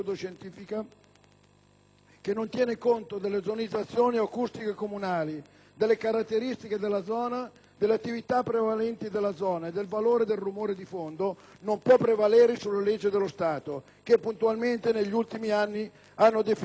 che non tiene conto della zonizzazione acustica comunale, delle caratteristiche della zona, delle attività prevalenti nella zona e del valore del «rumore di fondo», non può prevalere sulle leggi dello Stato che, puntualmente, negli ultimi anni hanno definito la disciplina